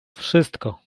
wszystko